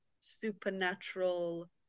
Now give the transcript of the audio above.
supernatural